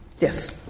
Yes